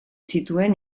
zituen